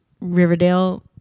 riverdale